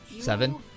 Seven